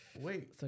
Wait